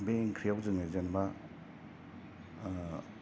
बे ओंख्रि आव जोङो जेन'बा